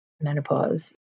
menopause